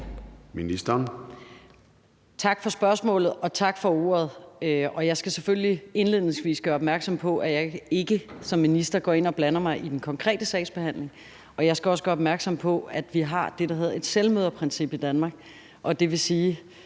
Tak for spørgsmålet, og tak for ordet. Jeg skal selvfølgelig indledningsvis gøre opmærksom på, at jeg ikke som minister går ind og blander mig i den konkrete sagsbehandling. Jeg skal også gøre opmærksom på, at vi har det, der hedder et selvmøderprincip i Danmark,